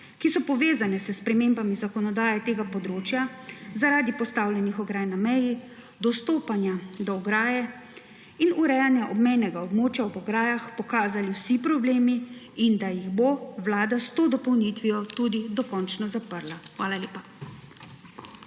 ki so povezane s spremembami zakonodaje tega področja zaradi postavljenih ograj na meji, dostopanja do ograje in urejanja obmejnega območja ob ograjah, pokazali vsi problemi in da jih bo Vlada s to dopolnitvijo tudi dokončno zaprla. Hvala lepa.